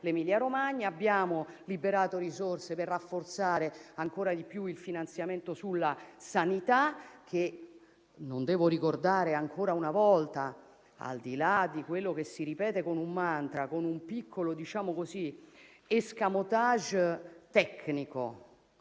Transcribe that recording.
l'Emilia Romagna; abbiamo liberato risorse per rafforzare ancora di più il finanziamento sulla sanità e non devo ricordare ancora una volta, al di là di quello che si ripete come un mantra con un piccolo *escamotage* tecnico,